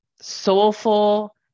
soulful